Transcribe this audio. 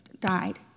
died